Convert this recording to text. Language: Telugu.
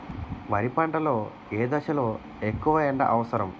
వరి పంట లో ఏ దశ లొ ఎక్కువ ఎండా అవసరం?